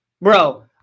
Bro